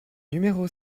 numéro